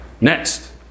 Next